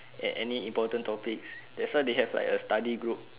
an~ any important topics that's why they have like a study group